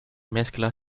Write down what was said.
mezcla